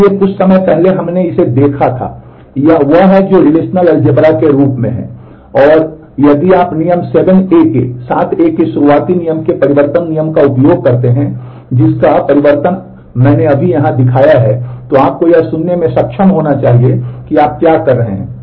इसलिए कुछ समय पहले हमने इसे देखा था यह वह है जो रिलेशनल अलजेब्रा कर रहे हैं